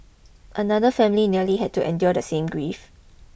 another family nearly had to endure the same grief